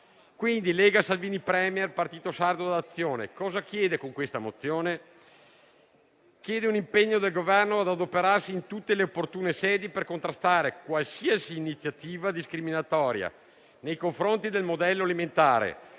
vermi. Lega Salvini Premier-Partito sardo d'Azione cosa chiede quindi con questa mozione? Chiede un impegno del Governo nelle seguenti direzioni: ad adoperarsi in tutte le opportune sedi per contrastare qualsiasi iniziativa discriminatoria nei confronti del modello alimentare